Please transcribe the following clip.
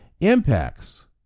impacts